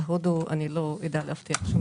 לגבי הודו לא אדע להבטיח שום דבר.